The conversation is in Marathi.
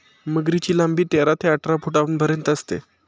मगरीची लांबी तेरा ते अठरा फुटांपर्यंत असते